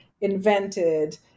invented